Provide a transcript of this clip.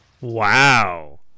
Wow